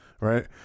Right